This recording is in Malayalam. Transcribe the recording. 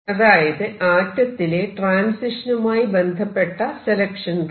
അതായത് ആറ്റത്തിലെ ട്രാൻസിഷനുമായി ബന്ധപ്പെട്ട സെലക്ഷൻ റൂൾ